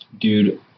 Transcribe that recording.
Dude